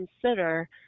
consider